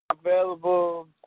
available